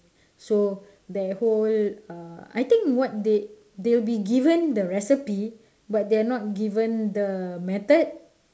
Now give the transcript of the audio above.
so their whole uh I think what they they'll be given the recipe but they're not given the method